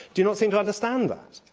do not seem to understand that.